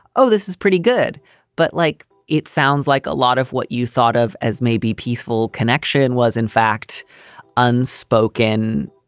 oh, this is pretty good but like it sounds like a lot of what you thought of as maybe peaceful connection was in fact unspoken,